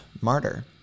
martyr